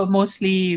mostly